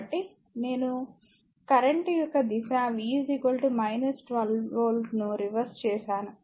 కాబట్టి నేను కరెంట్ యొక్క దిశ V 12 వోల్ట్ ను రివర్స్ చేసాను